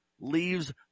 leaves